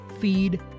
Feed